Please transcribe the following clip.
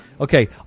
Okay